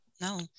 No